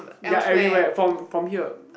yea everywhere from from here